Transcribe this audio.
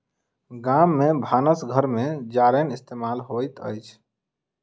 गाम में भानस घर में जारैन इस्तेमाल होइत अछि